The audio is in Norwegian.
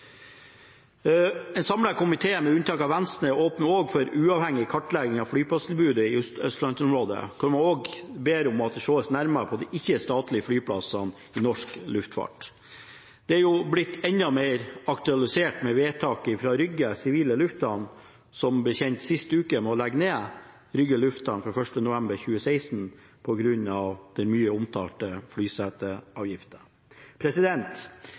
og man ber også om at det sees nærmere på de ikke-statlige flyplassenes plass i norsk luftfart. Dette er blitt enda mer aktualisert med vedtaket fra Rygge sivile lufthavn, som ble kjent sist uke, om å legge ned Moss Lufthavn Rygge fra 1. november 2016 på grunn av den mye omtalte